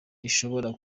ishobora